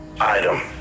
Item